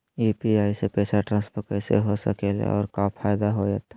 UPI से पैसा transfer कैसे हो सके ला और का फायदा होएत?